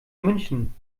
münchen